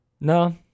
no